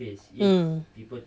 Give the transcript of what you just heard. mm